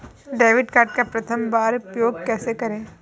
Debit card का प्रथम बार उपयोग कैसे करेंगे?